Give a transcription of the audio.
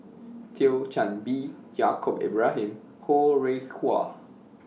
Thio Chan Bee Yaacob Ibrahim Ho Rih Hwa